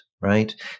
right